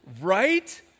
Right